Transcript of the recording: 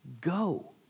go